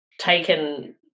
taken